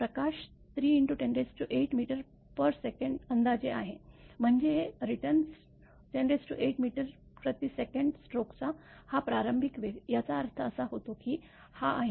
प्रकाश 3×108 msecअंदाजे आहे म्हणजे रिटर्न 108 msecस्ट्रोकचा हा प्रारंभिक वेग याचा अर्थ असा होतो की हा आहे